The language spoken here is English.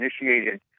initiated